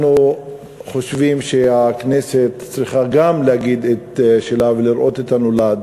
אנחנו חושבים שהכנסת צריכה גם להגיד את שלה ולראות את הנולד,